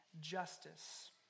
justice